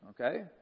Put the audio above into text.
okay